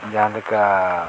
ᱡᱟᱦᱟᱸ ᱞᱮᱠᱟ